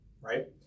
right